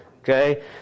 Okay